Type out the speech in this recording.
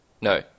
No